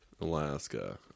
alaska